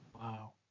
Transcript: wow